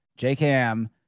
JKM